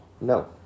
No